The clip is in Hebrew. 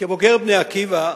כבוגר "בני עקיבא"